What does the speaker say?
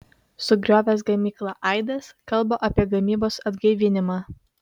sugriovęs gamyklą aidas kalba apie gamybos atgaivinimą